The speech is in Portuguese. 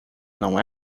não